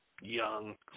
Young